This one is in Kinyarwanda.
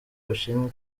bashinzwe